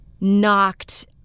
knocked